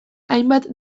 hainbat